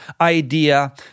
idea